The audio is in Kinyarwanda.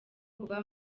kuva